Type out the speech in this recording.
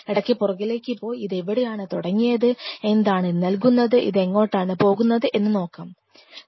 ഇടയ്ക്ക് പുറകിലേക്ക് പോയി ഇതെവിടെയാണ് തുടങ്ങിയത് എന്താണ് ഇത് നൽകുന്നത് ഇത് എങ്ങോട്ടാണ് പോകുന്നത് എന്ന് നോക്കാം